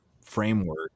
framework